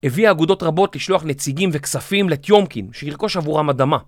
הביאה אגודות רבות לשלוח נציגים וכספים לתיומקין שירכוש עבורם אדמה